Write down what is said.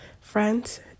Friends